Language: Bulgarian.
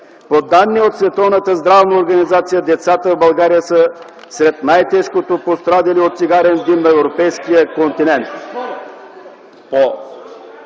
По данни от Световната здравна организация децата в България са сред най-тежко пострадалите от цигарен дим на европейския континент…”